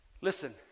Listen